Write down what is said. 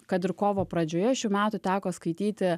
kad ir kovo pradžioje šių metų teko skaityti